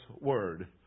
Word